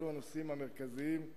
הנושאים המרכזיים,